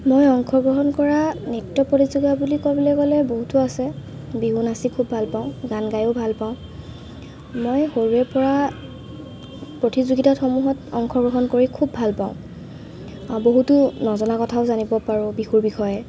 মই অংশগ্ৰহণ কৰা নৃত্য প্ৰতিযোগা বুলি ক'বলৈ গ'লে বহুতো আছে বিহু নাচি খুব ভাল পাওঁ গান গায়ো ভাল পাওঁ মই সৰুৰে পৰা প্ৰতিযোগিতাত সমূহত অংশগ্ৰহণ কৰি খুব ভাল পাওঁ বহুতো নজনা কথাও জানিব পাৰোঁ বিহুৰ বিষয়ে